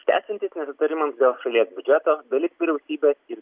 tęsiantis nesutarimams šalies biudžeto dalis vyriausybės ir